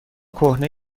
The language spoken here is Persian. کهنه